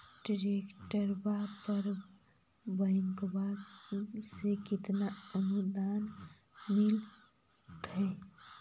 ट्रैक्टरबा पर बैंकबा से कितना अनुदन्मा मिल होत्थिन?